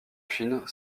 chine